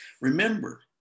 Remember